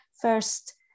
first